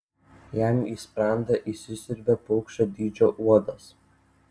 jam į sprandą įsisiurbia paukščio dydžio uodas